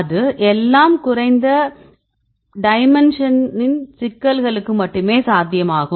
அது எல்லாம் குறைந்த டைமென்ஷனின் சிக்கல்களுக்கு மட்டுமே சாத்தியமாகும்